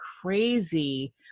crazy